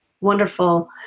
wonderful